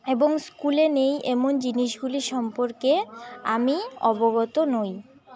এবং স্কুলে নেই এমন জিনিসগুলি সম্পর্কে আমি অবগত নই